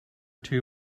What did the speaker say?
two